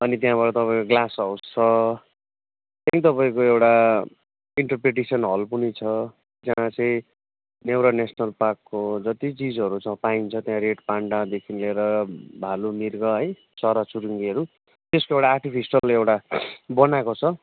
अनि त्यहाँबाट तपाईँको ग्लास हाउस छ त्यहाँदेखि तपाईँको एउटा इन्टरपेडिसन हल पनि छ त्यहाँ चाहिँ नेउरा नेसनल पार्कको जति चिजहरू छ पाइन्छ त्यहाँ रेड पान्डादेखि लिएर भालु मिर्ग है चराचुरुङ्गीहरू त्यसको एउटा आर्टफिसिएल एउटा बनाएको छ